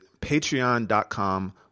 patreon.com